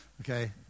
okay